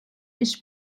i̇ş